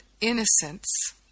innocence